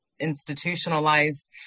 institutionalized